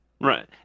Right